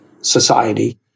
society